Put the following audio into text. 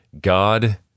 God